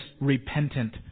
repentant